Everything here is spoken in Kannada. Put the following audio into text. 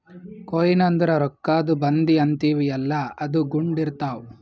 ಕೊಯ್ನ್ ಅಂದುರ್ ರೊಕ್ಕಾದು ಬಂದಿ ಅಂತೀವಿಯಲ್ಲ ಅದು ಗುಂಡ್ ಇರ್ತಾವ್